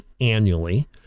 annually